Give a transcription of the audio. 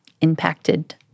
impacted